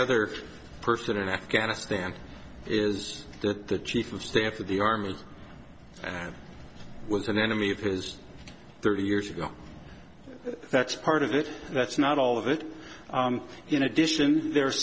other person in afghanistan is that the chief of staff of the army with an enemy of his thirty years ago that's part of it that's not all of it in addition there